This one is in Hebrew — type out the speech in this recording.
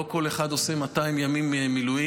לא כל אחד עושה 200 ימי מילואים.